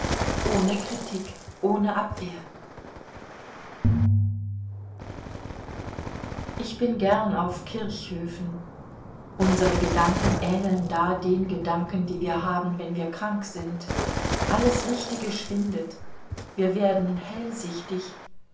ohne kritik ohne abwehr ich bin gern auf kirchhöfen unsere gedanken ähneln da den gedanken die wir haben wenn wir krank sind alles richtige schwindet wir werden